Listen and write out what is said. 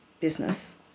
business